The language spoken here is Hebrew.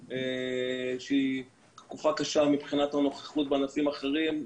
שהיא תקופה קשה מבחינת הנוכחות בענפים אחרים,